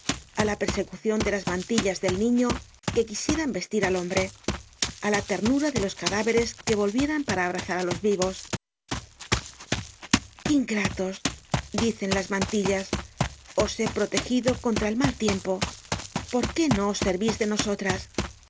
á la persecucion de las mantillas del niño que quisieran vestir al hombre á la ternura de los cadáveres que volvieran para abrazar á los vivos ingratos dicen las mantillas os he protegido contra el mal tiempo porqué noo's servís de nosotras